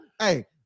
hey